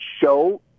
show